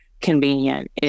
convenient